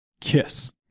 kiss